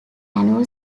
annual